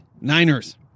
Niners